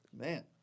Man